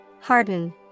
Harden